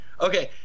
Okay